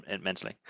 mentally